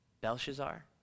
Belshazzar